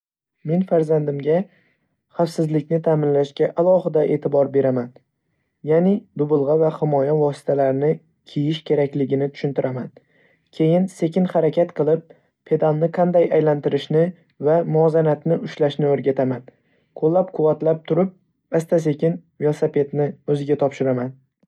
Men farzandimga xavfsizlikni ta'minlashga alohida e'tibor beraman, ya'ni dubulg'a va himoya vositalarini kiyish kerakligini tushuntiraman. Keyin, sekin harakat qilib, pedalni qanday aylantirishni va muvozanatni ushlashni o‘rgataman. Qo‘llab-quvvatlay turib, asta-sekin velosipedni o‘ziga topshiraman.